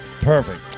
Perfect